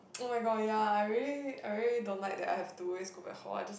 oh my god ya I really I really don't like that I have to always go back hall I just want